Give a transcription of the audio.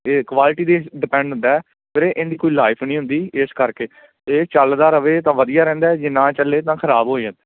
ਅਤੇ ਕੁਆਲਿਟੀ 'ਤੇ ਡਿਪੈਂਡ ਹੁੰਦਾ ਵੀਰੇ ਇਹਦੀ ਕੋਈ ਲਾਈਫ ਨਹੀਂ ਹੁੰਦੀ ਇਸ ਕਰਕੇ ਇਹ ਚੱਲਦਾ ਰਹੇ ਤਾਂ ਵਧੀਆ ਰਹਿੰਦਾ ਜੇ ਨਾ ਚੱਲੇ ਤਾਂ ਖ਼ਰਾਬ ਹੋ ਜਾਂਦਾ